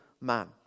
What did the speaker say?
man